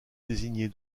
désigner